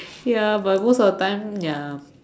ya but most of the time ya